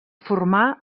formar